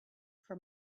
for